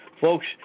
Folks